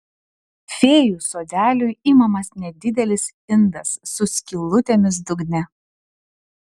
fėjų sodeliui imamas nedidelis indas su skylutėmis dugne